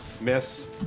Miss